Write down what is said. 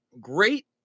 Great